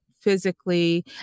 physically